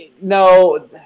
no